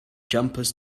jumpers